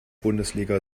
bundesliga